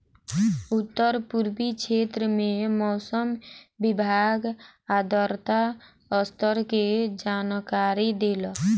उत्तर पूर्वी क्षेत्र में मौसम विभाग आर्द्रता स्तर के जानकारी देलक